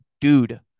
dude